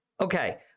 Okay